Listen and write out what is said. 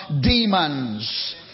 demons